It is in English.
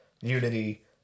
Unity